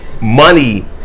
money